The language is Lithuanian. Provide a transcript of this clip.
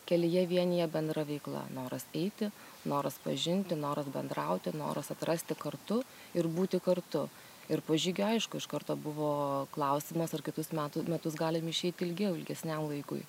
kelyje vienija bendra veikla noras eiti noras pažinti noras bendrauti noras atrasti kartu ir būti kartu ir po žygio aišku iš karto buvo klausimas ar kitus metų metus galim išeiti ilgiau ilgesniam laikui